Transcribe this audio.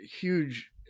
huge